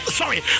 sorry